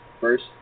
First